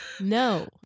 No